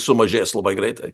sumažės labai greitai